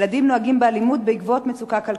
ילדים נוהגים באלימות בעקבות מצוקה כלכלית.